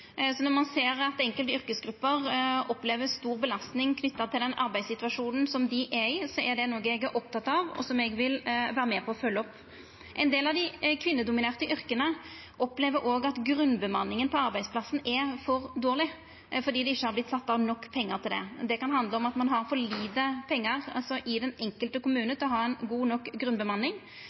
enkelte yrkesgrupper opplever stor belastning knytt til den arbeidssituasjonen dei er i, er det noko eg er oppteken av, og som eg vil vera med på å følgja opp. Ein del av dei kvinnedominerte yrka opplever òg at grunnbemanninga på arbeidsplassen er for dårleg, fordi det ikkje har vorte sett av nok pengar til det. Det kan handla om at ein har for lite pengar i den enkelte kommunen til å ha ei god nok grunnbemanning,